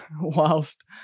whilst